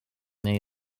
neu